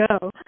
go